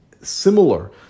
similar